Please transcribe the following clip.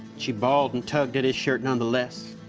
she bawled and tugged at his shirt nonetheless.